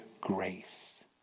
grace